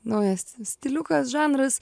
naujas stiliukas žanras